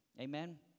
Amen